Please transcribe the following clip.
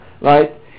right